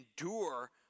endure